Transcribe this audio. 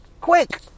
quick